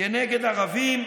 כנגד ערבים,